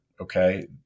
Okay